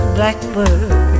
Blackbird